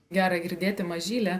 gera girdėti mažylė